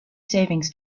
savings